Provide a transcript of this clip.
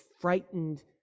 frightened